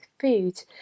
Food